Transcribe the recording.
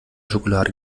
schokolade